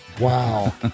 Wow